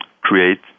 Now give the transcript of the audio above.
create